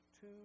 two